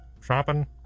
shopping